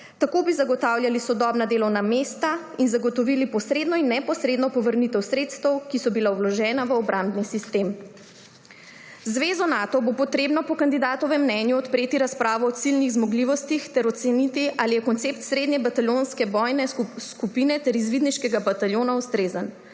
Tako bi zagotavljali sodobna delovna mesta in zagotovili posredno in neposredno povrnitev sredstev, ki so bila vložena v obrambni sistem. Z zvezo Nato bo treba po kandidatovem mnenju odpreti razpravo o ciljnih zmogljivostih ter oceniti, ali je koncept srednje bataljonske bojne skupine ter izvidniškega bataljona ustrezen.